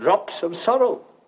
drop some subtle